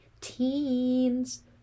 teens